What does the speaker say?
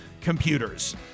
Computers